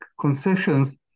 concessions